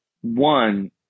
one